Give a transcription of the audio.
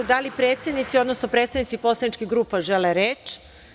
Da li predsednici, odnosno predstavnici poslaničkih grupa žele reč?